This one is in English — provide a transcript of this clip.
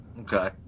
Okay